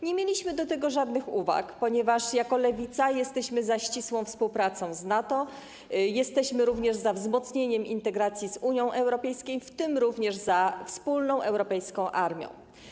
Nie mieliśmy co do tego żadnych uwag, ponieważ jako Lewica jesteśmy za ścisłą współpracą z NATO, jesteśmy za wzmocnieniem integracji z Unią Europejską, w tym również za wspólną europejską armią.